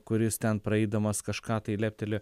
kuris ten praeidamas kažką tai lepteli